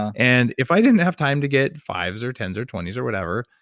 and if i didn't have time to get fives or tens or twenties or whatever.